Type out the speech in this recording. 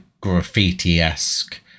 graffiti-esque